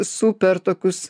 super tokius